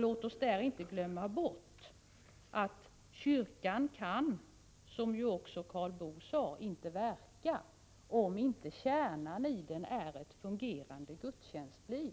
Låt oss inte glömma bort att kyrkan inte kan verka, som också Karl Boo sade, om inte kärnan i den är ett fungerande gudstjänstliv.